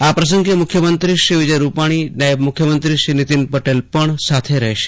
આ પ્રસંગે મુખ્યમંત્રીશ્રી વિજય રૂપાણી નાયબ મુખ્યમંત્રી શ્રી નીતિન પટેલ પણ સાથે રહેશે